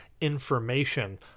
information